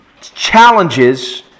challenges